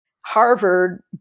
Harvard